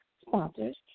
sponsors